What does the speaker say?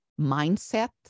mindset